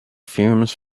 fumes